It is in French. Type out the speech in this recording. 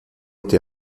été